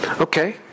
Okay